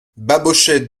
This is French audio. babochet